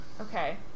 Okay